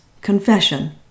confession